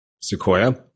sequoia